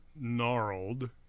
gnarled